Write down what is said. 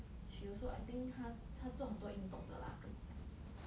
she also I think 他他做很多运动的:ta zuo hen duo yun dong de lah 跟你讲